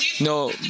No